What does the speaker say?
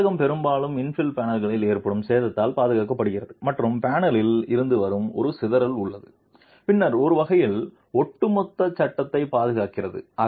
இந்த சட்டகம் பெரும்பாலும் இன்ஃபில் பேனல்களில் ஏற்படும் சேதத்தால் பாதுகாக்கப்படுகிறது மற்றும் பேனலில் இருந்து வரும் ஒரு சிதறல் உள்ளது பின்னர் ஒரு வகையில் ஒட்டுமொத்த சட்டகத்தை பாதுகாக்கிறது